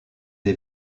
les